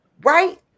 right